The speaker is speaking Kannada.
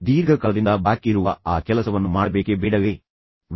ದೀರ್ಘಕಾಲದಿಂದ ಬಾಕಿ ಇರುವ ಆ ಕೆಲಸವನ್ನು ಪೂರ್ಣಗೊಳಿಸಲು ನಾನು ಅದನ್ನು ಮಾಡಬೇಕೇ ಅಥವಾ ಬೇಡವೇ